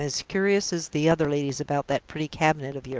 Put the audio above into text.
i am as curious as the other ladies about that pretty cabinet of yours.